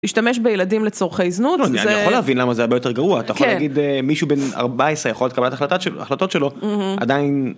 להשתמש בילדים לצורכי זנות, אני יכול להבין למה זה הרבה יותר גרוע, אתה יכול להגיד מישהו בין 14 יכולת קבלת ההחלטות שלו, עדיין.